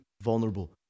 vulnerable